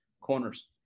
corners